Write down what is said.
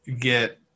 get –